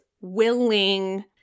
willing